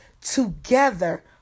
together